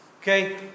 okay